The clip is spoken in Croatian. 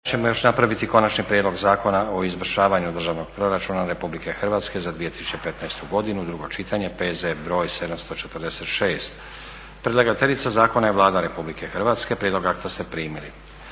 ćemo još napraviti - Konačni prijedlog Zakona o izvršavanju Državnog proračuna RH za 2015. godinu, drugo čitanje, P.Z.br. 746; Predlagateljica zakona je Vlada Republike Hrvatske. Prijedlog akta ste primili.